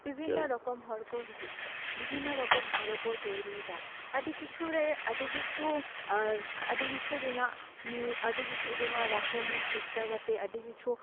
ᱵᱤᱵᱷᱤᱱᱱᱚ ᱨᱚᱠᱚᱢ ᱦᱚᱲ ᱠᱚ ᱦᱤᱡᱩᱜ ᱠᱟᱱᱟ ᱵᱤᱵᱷᱤᱱᱱᱚ ᱨᱚᱠᱚᱢ ᱟᱨᱚ ᱠᱚ ᱛᱚᱭᱨᱤᱭ ᱫᱟ ᱟᱹᱰᱤ ᱠᱤᱪᱷᱩ ᱨᱮ ᱟᱹᱰᱤ ᱠᱤᱪᱷᱩ ᱟᱹᱰᱤ ᱠᱤᱪᱷᱩ ᱨᱮᱱᱟᱜ ᱱᱤ ᱟᱹᱰᱤ ᱠᱤᱪᱷᱩ ᱨᱮᱱᱟᱜ ᱨᱟᱥᱟᱭᱚᱱᱤᱠ ᱵᱤᱫᱽᱫᱟ ᱠᱟᱛᱮᱫ ᱟᱹᱰᱤ ᱠᱤᱪᱷᱩ